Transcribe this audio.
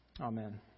Amen